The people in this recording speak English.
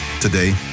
Today